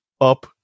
up